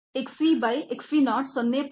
xv by xv not 0